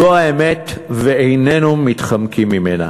זו האמת, ואיננו מתחמקים ממנה.